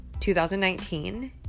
2019